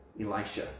Elijah